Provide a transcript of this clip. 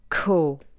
cool